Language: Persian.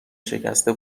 شکسته